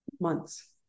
months